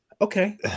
Okay